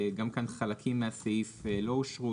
גם כאן חלקים מהסעיף לא אושרו,